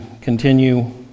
continue